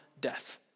death